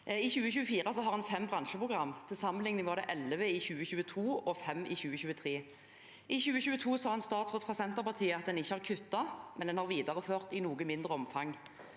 I 2024 har en fem bransjeprogram. Til sammenligning var det elleve i 2022 og fem i 2023. I 2022 sa en statsråd fra Senterpartiet at en ikke har kuttet, men en har videreført i noe mindre omfang.